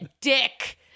dick